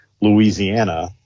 louisiana